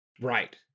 Right